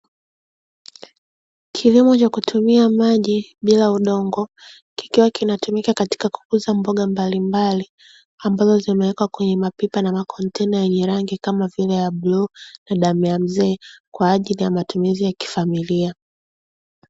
Kilimo cha kutumia maji bila udongo, kikiwa kinatumika katika kukuza mboga mbalimbali ambazo zimewekwa kwenye mapipa na makontena yenye rangi kama vile ya bluu na damu ya mzee, kwa ajili ya matumizi ya kifamilia.